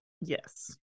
Yes